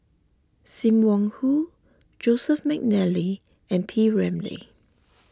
Sim Wong Hoo Joseph McNally and P Ramlee